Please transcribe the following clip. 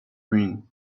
wind